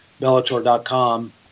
bellator.com